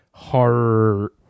horror